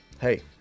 Hey